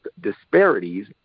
disparities